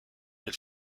elle